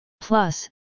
Plus